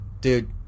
dude